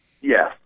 Yes